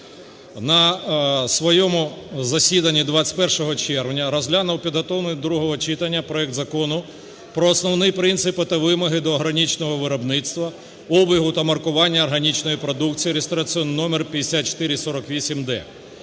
на своєму засіданні 21 червня розглянув підготовлений до другого читання проект Закону про основні принципи та вимоги до органічного виробництва, обігу та маркування органічної продукції (реєстраційний номер 5448-д)